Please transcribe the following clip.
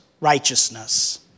righteousness